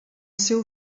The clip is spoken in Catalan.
seu